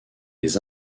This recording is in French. les